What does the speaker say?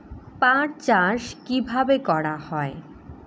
পাট চাষ কীভাবে করা হয়?